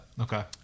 Okay